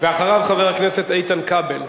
אחריו, חבר הכנסת איתן כבל.